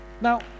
now